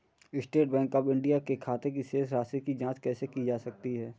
State Bank of India के खाते की शेष राशि की जॉंच कैसे की जा सकती है?